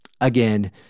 again